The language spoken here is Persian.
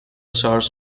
شارژ